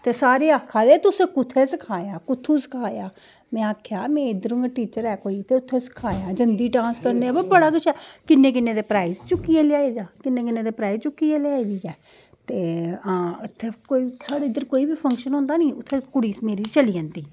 ते सारे आक्खा दे तुसें कुत्थें सखाया कुत्थूं सखाया ते में आक्खेआ इद्धर दी गै टीचर ऐ अपनी ते जंदी डांस करने गी पर बड़ा गै शैल किन्नै गै प्राईज़ चुक्कियै लेई आए दे ते आं उत्थें कोई साढ़े उद्धर कोई बी फंक्शन होंदा नी ते उत्थें कुड़ी सजी संवरियै चली जंदी